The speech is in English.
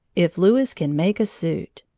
if louis can make a suit!